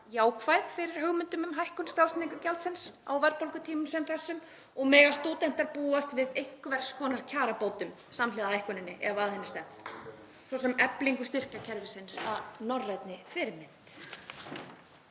jákvæð fyrir hugmyndum um hækkun skrásetningargjaldsins á verðbólgutímum sem þessum? Mega stúdentar búast við einhvers konar kjarabótum samhliða hækkuninni ef að henni er stefnt, svo sem eflingu styrkjakerfisins að norrænni fyrirmynd?